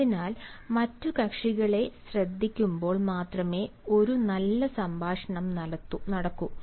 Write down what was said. അതിനാൽ മറ്റ് കക്ഷികളെ ശ്രദ്ധിക്കുമ്പോൾ മാത്രമേ ഒരു നല്ല സംഭാഷണം നടക്കൂ